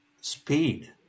speed